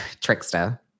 Trickster